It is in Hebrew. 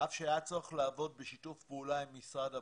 אף שהיה צורך לעבוד בשיתוף פעולה עם משרד הבריאות.